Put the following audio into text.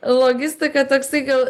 logistika toksai gal